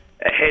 ahead